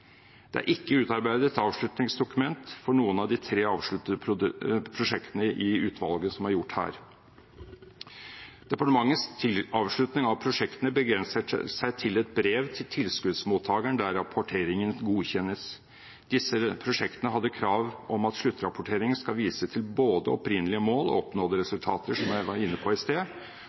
Det er ikke utarbeidet avslutningsdokument for noen av de tre avsluttede prosjektene i utvalget som er gjort her. Departementets avslutning av prosjektene begrenser seg til et brev til tilskuddsmottakeren der rapporteringen godkjennes. Disse prosjektene hadde krav om at sluttrapporteringen skulle vise til både opprinnelige mål og oppnådde resultater, som jeg var inne på i sted,